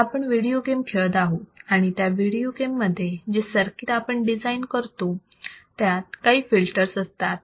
तर आपण video game खेळत आहोत आणि त्या व्हिडिओ गेम मध्ये जे सर्किट आपण डिझाईन करतो त्यात काही फिल्टर असतात